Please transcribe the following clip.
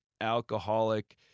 alcoholic